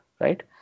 right